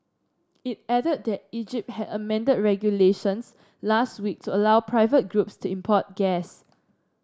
it added that Egypt had amended regulations last week to allow private groups to import gas